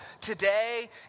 Today